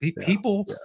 People